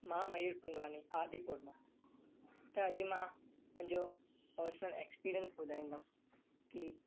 मां मयुर कुंदवानी आदिपुर मां त अॼु मां मुंहिंजो पर्सनल एक्सपीरिएंस ॿुधाईंदुमि की